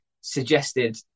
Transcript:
suggested